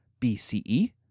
BCE